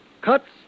cuts